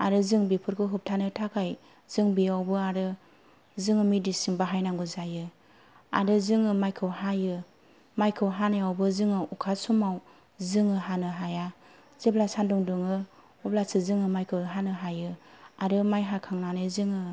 आरो जों बेफोरखौ होफ्थानो थाखाय जों बेयावबो आरो जोङो मेदिसिन बाहायनांगौ जायो आरो जोङो माइखौ हायो माइखौ हानायावबो जोङो अखा समाव जोङो हानो हाया जेब्ला सानदुं दुङो अब्लासो जोङो माइखौ हानो हायो आरो माइ हाखांनानै जोङो